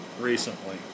recently